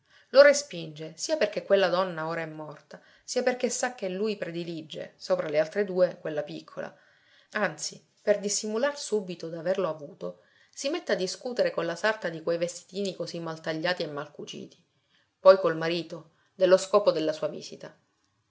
lo respinge sia perché quella donna ora è morta sia perché sa che lui predilige sopra le altre due quella piccola anzi per dissimular subito d'averlo avuto si mette a discutere con la sarta di quei vestitini così mal tagliati e mal cuciti poi col marito dello scopo della sua visita